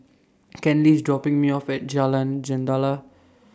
Kenley IS dropping Me off At Jalan Jendela